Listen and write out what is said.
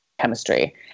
chemistry